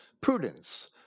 prudence